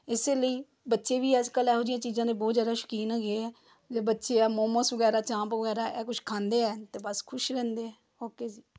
ਇਸ ਲਈ ਬੱਚੇ ਵੀ ਅੱਜ ਕੱਲ੍ਹ ਇਹੋ ਜਿਹੀਆਂ ਚੀਜ਼ਾਂ ਦੇ ਬਹੁਤ ਜ਼ਿਆਦਾ ਸ਼ੋਕੀਨ ਹੈਗੇ ਹੈ ਜੋ ਬੱਚੇ ਹੈ ਮੋਮੋਸ ਵਗੈਰਾ ਚਾਂਪ ਵਗੈਰਾ ਇਹ ਕੁਛ ਖਾਂਦੇ ਆ ਅਤੇ ਬਸ ਖੁਸ਼ ਰਹਿੰਦੇ ਆ ਓਕੇ ਜੀ